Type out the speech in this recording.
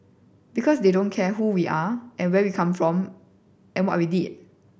because they don't care who we are and where we are come from and what we did